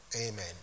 Amen